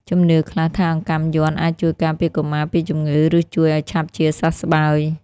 ជំនឿខ្លះថាអង្កាំយ័ន្តអាចជួយការពារកុមារពីជំងឺ ឬជួយឱ្យឆាប់ជាសះស្បើយ។